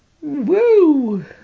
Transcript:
Woo